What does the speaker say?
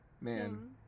man